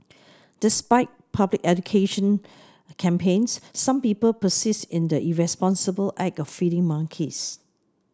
despite public education campaigns some people persist in the irresponsible act of feeding monkeys